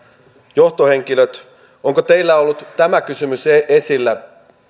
johtohenkilöt onko teillä ollut tämä kysymys esillä